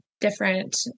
different